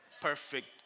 Perfect